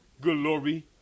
Glory